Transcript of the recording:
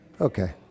Okay